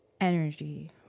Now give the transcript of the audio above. energy